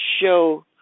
show